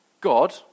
God